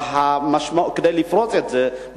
כדי לפרוץ את זה,